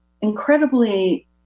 incredibly